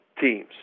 teams